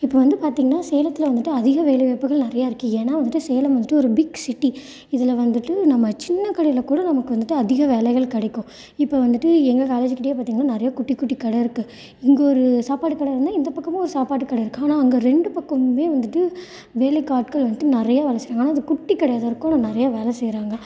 இப்போ வந்து பார்த்தீங்கன்னா சேலத்தில் வந்துவிட்டு அதிக வேலைவாய்ப்புகள் நிறையா இருக்கு ஏன்னா வந்துவிட்டு சேலம் வந்துவிட்டு ஒரு பிக் சிட்டி இதில் வந்துவிட்டு நம்ம சின்ன கடையில் கூட நமக்கு வந்துவிட்டு அதிக வேலைகள் கிடைக்கும் இப்போ வந்துவிட்டு எங்கள் காலேஜ் கிட்டேயே பார்த்தீங்கன்னா நிறையா குட்டி குட்டி கடை இருக்கு இங்கே ஒரு சாப்பாடு கடை இருந்தால் இந்த பக்கமும் ஒரு சாப்பாடு கடை இருக்கு ஆனால் அங்கே ரெண்டு பக்கமும் வந்துவிட்டு வேலைக்கு ஆட்கள் வந்துவிட்டு நிறையா வேலை செய்கிறாங்க ஆனால் அது குட்டி கடையாக தான் இருக்கும் நிறையா வேலை செய்கிறாங்க